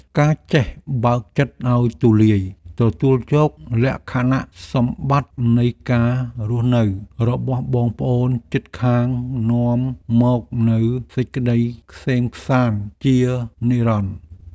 ការចេះបើកចិត្តឱ្យទូលាយទទួលយកលក្ខណៈសម្បត្តិនៃការរស់នៅរបស់បងប្អូនជិតខាងនាំមកនូវសេចក្តីក្សេមក្សាន្តជានិរន្តរ៍។